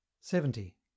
Seventy